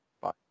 Bye